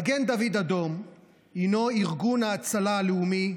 מגן דוד אדום הוא ארגון ההצלה הלאומי,